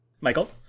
Michael